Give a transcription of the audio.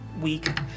week